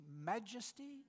Majesty